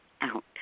out